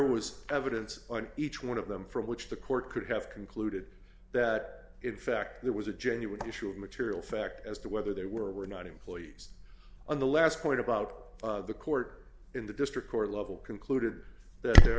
was evidence on each one of them from which the court could have concluded that effect there was a genuine issue of material fact as to whether there were not employees on the last point about the court in the district court level concluded that there